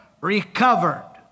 recovered